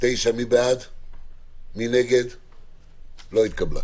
ההסתייגות לא התקבלה.